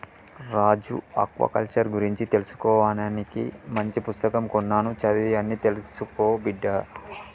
రాజు aquaculture గురించి తెలుసుకోవానికి మంచి పుస్తకం కొన్నాను చదివి అన్ని తెలుసుకో బిడ్డా